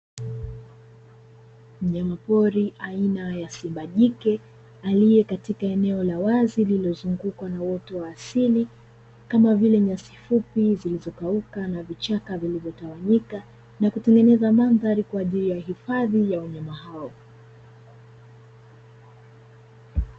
Mnyamapori aina ya simba jike aliye katika eneo la wazi lililozungukwa na uoto wa asili kama vile nyasi fupi, zilizo kauka na vichaka vilivyo tawanyika na kutengeneza mandhari kwa ajili ya hifadhi ya wanyama hao.